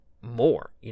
more